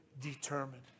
determined